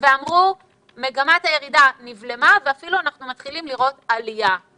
אנחנו צריכים להסתכל על כל המקומות.